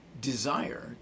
desire